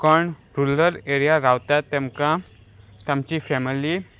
कोण rural area रावता तेमकां तांची फॅमिली